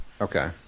Okay